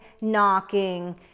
knocking